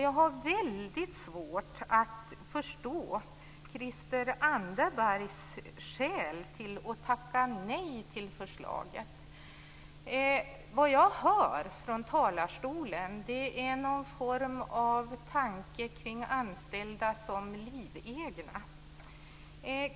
Jag har väldigt svårt att förstå Christel Anderbergs skäl till att tacka nej till förslaget. Vad jag hör från talarstolen är någon form av tanke kring anställda som livegna.